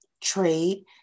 trade